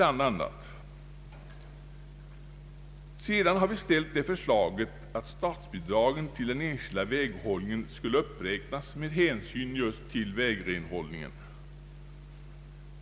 Vi har även föreslagit att statsbidragen till den enskilda väghållningen skulle uppräknas med hänsyn till vägrenhållningen.